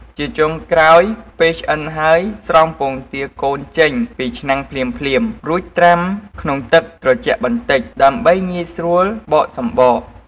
ជាចុងក្រោយពេលឆ្អិនហើយ ស្រង់ពងទាកូនចេញពីឆ្នាំងភ្លាមៗ រួចត្រាំក្នុងទឹកត្រជាក់បន្តិច ដើម្បីងាយស្រួលបកសំបក។